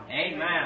Amen